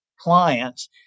clients